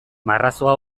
marrazoa